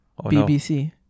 BBC